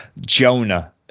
Jonah